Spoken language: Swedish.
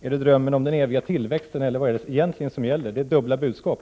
Är det drömmen om den eviga tillväxten, eller vad gäller det egentligen? Det är dubbla budskap.